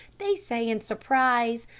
they say in surprise,